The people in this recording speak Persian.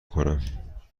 کنم